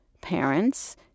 parents